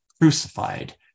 crucified